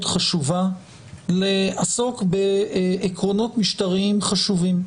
חשובה לעסוק בעקרונות משטריים חשובים,